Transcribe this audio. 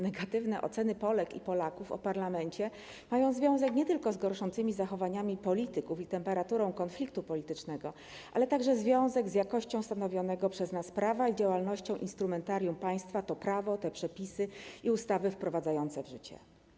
Negatywne oceny Polek i Polaków o parlamencie mają związek nie tylko z gorszącymi zachowaniami polityków i temperaturą konfliktu politycznego, ale także z jakością stanowionego przez nas prawa i działalnością instrumentarium państwa wprowadzającego to prawo, te przepisy i ustawy w życie.